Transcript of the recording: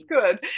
good